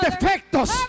defectos